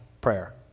prayer